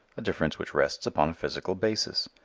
a difference which rests upon a physical basis.